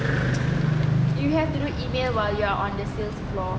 you have to do email while you're on the sales floor